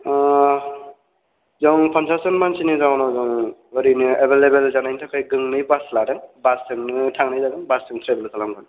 जों पन्सास जोन मानसिनि जाहोनाव जोङो ओरैनो एभैलेबोल जानायनि थाखाय गंनै बास लादों बासजोंनो थांनाय जागोन बासजों ट्रेभेल खालामगोन